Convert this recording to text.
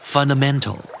Fundamental